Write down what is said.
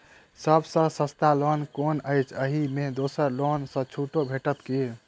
सब सँ सस्ता लोन कुन अछि अहि मे दोसर लोन सँ छुटो भेटत की?